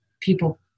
people